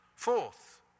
Fourth